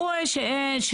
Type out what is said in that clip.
הוא רואה שאין.